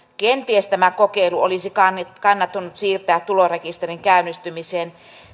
kenties tämä kokeilu olisi kannattanut siirtää tulorekisterin käynnistymiseen